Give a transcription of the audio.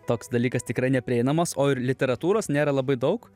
toks dalykas tikrai neprieinamas o ir literatūros nėra labai daug